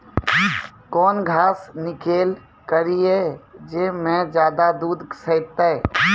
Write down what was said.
कौन घास किनैल करिए ज मे ज्यादा दूध सेते?